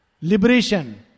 liberation